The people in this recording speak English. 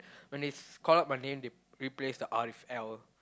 when they call out my name they replace the R with L